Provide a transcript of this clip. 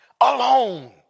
alone